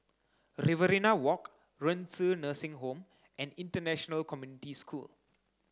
Riverina Walk Renci Nursing Home and International Community School